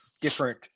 different